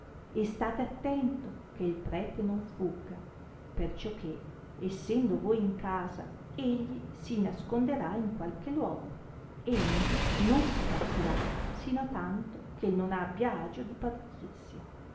e state attento che il prete non fugga perciò che essendo voi in casa egli si nasconderà in qualche luogo e indi non si partirà sino a tanto che non abbia agio di